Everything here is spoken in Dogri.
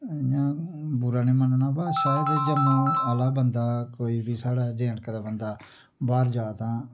इ'यां बुरा निं मनना व शायद जम्मू आह्ला बंदा कोई बी साढ़ा जे ऐंड़ के दा बंदा बाह्र जा तां